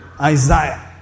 Isaiah